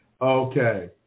Okay